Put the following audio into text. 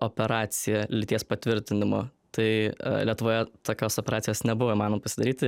operaciją lyties patvirtinimo tai lietuvoje tokios operacijos nebuvo įmanoma pasidaryti